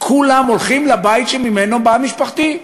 כולם הולכים לבית שממנו באה משפחתי,